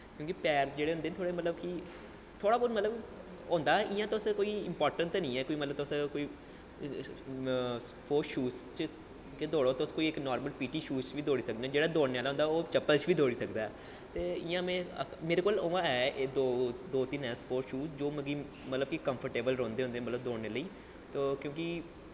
क्योंकि पैर जेह्ड़े होंदे न थोह्ड़े मतलब कि थोह्ड़ा बौह्त मतलब होंदा ऐ इ'यां तुस इंपार्टैंट ते निं ऐ तुस स्पोटस शूज़ च दौड़ो तुस इक नार्मल पी टी शूज़ च बी दौड़ी सकदे जेह्ड़ा दौड़ने आह्ला होंदा ओह् चप्पल च बी दौड़ी सकदा ते इ'यां मेरे कोल न दो तिन्न न स्पोटस शूज़ जो मिगी कंफर्टेवल रौंह्दे मतलब कि दौड़ने लेई तो क्योंकि